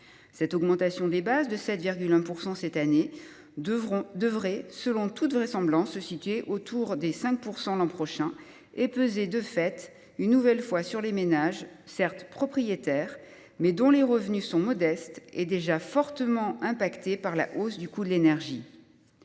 Cette augmentation des bases, de 7,1 % cette année, devrait, selon toute vraisemblance, se situer autour des 5 % l’an prochain et peser de fait une nouvelle fois sur les ménages, certes propriétaires, mais dont les revenus sont modestes et déjà fortement touchés par la hausse du coût de l’énergie.